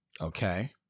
Okay